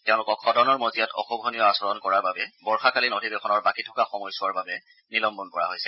তেওঁলোকক সদনৰ মজিয়াত অশোভনীয় আচাৰণ কৰাৰ বাবে বৰ্ষাকালীন অধিৱেশনৰ বাকী থকা সময়ছোৱাৰ বাবে নিলম্বন কৰা হৈছে